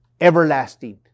everlasting